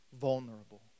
vulnerable